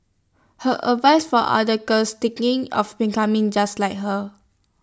her advice for other girls of becoming just like her